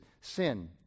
sin